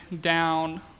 down